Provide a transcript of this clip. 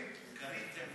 חמש דקות,